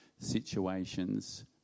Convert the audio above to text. situations